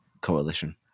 coalition